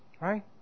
Right